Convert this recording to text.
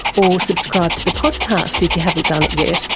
or subscribe to the podcast if you haven't done it yet.